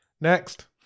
Next